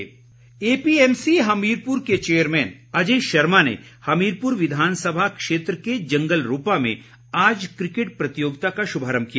Ajay Sharma APMC Hamirpur के chairman Ajay Sharma ने हमीरपुर विधानसभा क्षेत्र के जंगलरोपा में आज क्रिकेट प्रतियोगिता का शुभारम्भ किया